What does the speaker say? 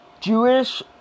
Jewish